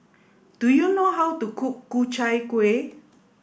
do you know how to cook Ku Chai Kuih